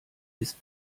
ist